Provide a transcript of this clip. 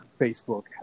Facebook